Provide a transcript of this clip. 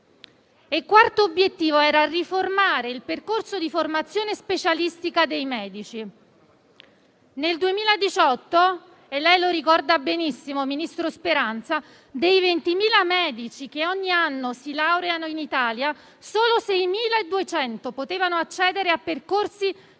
Quarto obiettivo: riformare il percorso di formazione specialistica dei medici. Nel 2018 - e lei, ministro Speranza, lo ricorda benissimo - dei 20.000 medici che ogni anno si laureano in Italia, solo 6.200 potevano accedere a percorsi